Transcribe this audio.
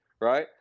right